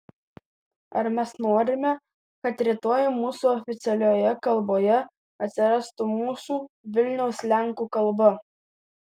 ar mes norime kad rytoj mūsų oficialioje kalboje atsirastų mūsų vilniaus lenkų kalba